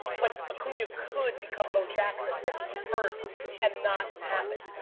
but acuna could become bo jackson get hurt and not happen.